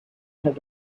had